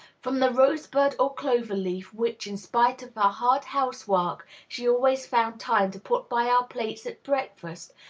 from the rose-bud or clover-leaf which, in spite of her hard housework, she always found time to put by our plates at breakfast,